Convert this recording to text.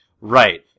right